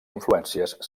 influències